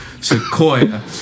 Sequoia